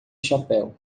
chapéu